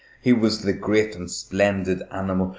he was the great and splendid animal,